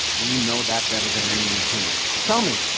you know that better than anyone here. tell me,